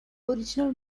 original